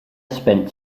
spent